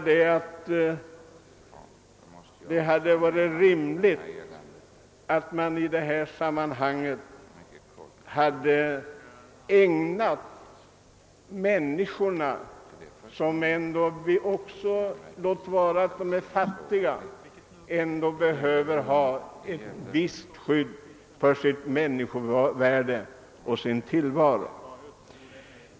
Det hade varit rimligt att 1 detta sammanhang ägna människorna, låt vara att de är fattiga, ett intresse med tanke på att de behöver ett visst skydd för sitt människovärde och sin tillvaro.